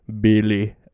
Billy